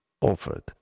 offered